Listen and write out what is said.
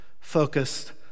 focused